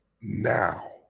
now